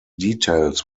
details